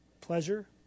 pleasure